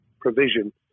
provision